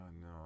no